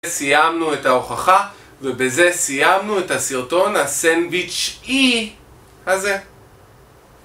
סיימנו את ההוכחה ובזה סיימנו את הסרטון הסנדוויץ' אי הזה